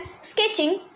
sketching